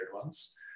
ones